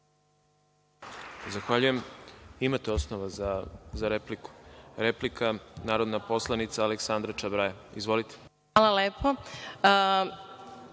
Zahvaljujem. Imate osnova za repliku. Replika, narodna poslanica Aleksandra Čabraja. Izvolite. **Aleksandra